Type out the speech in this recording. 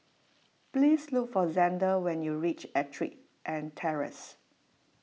please look for Zander when you reach Ettrick and Terrace